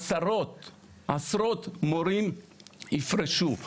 עשרות מורים יפרשו.